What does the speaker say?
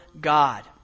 God